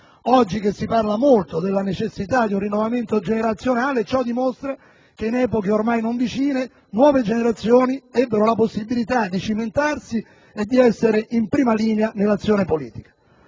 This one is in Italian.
Oggi, mentre si parla molto della necessità di un rinnovamento generazionale, ciò dimostra che in epoche ormai non vicine nuove generazioni ebbero la possibilità di cimentarsi e di essere in prima linea nell'azione politica.